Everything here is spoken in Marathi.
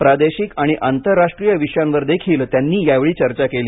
प्रादेशिक आणि आंतरराष्ट्रीय विषयांवरही त्यांनी यावेळी चर्चा केली